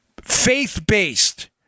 faith-based